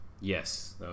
Yes